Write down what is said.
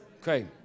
Okay